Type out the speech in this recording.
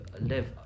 live